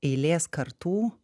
eilės kartų